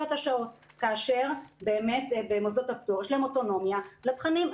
כאשר במוסדות הפטור באמת יש להם אוטונומיה לתכנים.